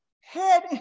head